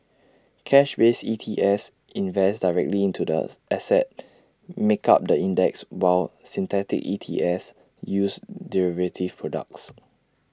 cash based E T S invest directly into the assets make up the index while synthetic E T S use derivative products